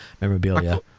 memorabilia